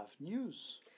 news